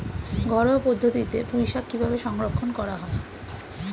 ঘরোয়া পদ্ধতিতে পুই শাক কিভাবে সংরক্ষণ করা হয়?